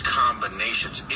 combinations